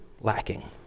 lacking